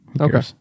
Okay